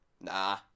Nah